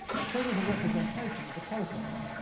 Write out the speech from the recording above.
the thing is a representation of the process.